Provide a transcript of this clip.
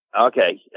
Okay